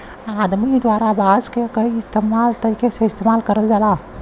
आदमी द्वारा बांस क कई तरीका से इस्तेमाल करल जाला